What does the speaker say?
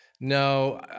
No